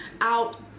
out